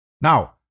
Now